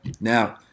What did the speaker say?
Now